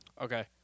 Okay